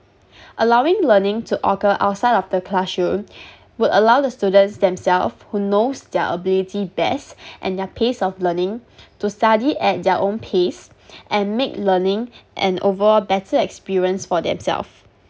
allowing learning to occur outside of the classroom would allow the students themself who knows their ability best and their pace of learning to study at their own pace and make learning an overall better experience for themself